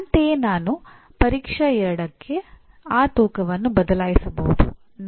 ಅಂತೆಯೇ ನಾನು ಪರೀಕ್ಷಾ 2 ಗಾಗಿ ಆ ತೂಕವನ್ನು ಬದಲಾಯಿಸಬಹುದು